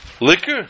Liquor